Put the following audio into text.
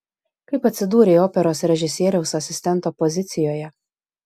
kaip atsidūrei operos režisieriaus asistento pozicijoje